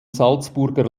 salzburger